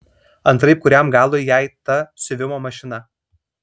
antraip kuriam galui jai ta siuvimo mašina